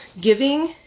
giving